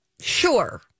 Sure